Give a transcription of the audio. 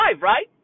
right